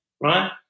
right